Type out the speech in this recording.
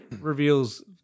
reveals